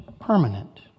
permanent